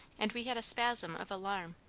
and we had a spasm of alarm,